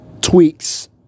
tweaks